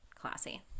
classy